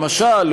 למשל,